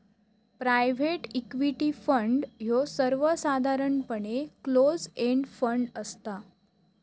private equity fund ह्यो सर्वसाधारणपणे close end fund असता